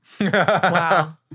Wow